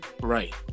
Right